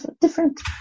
different